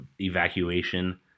evacuation